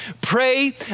pray